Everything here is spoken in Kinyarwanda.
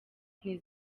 nti